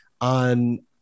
on